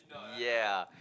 ya